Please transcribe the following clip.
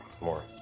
more